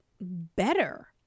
better